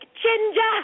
ginger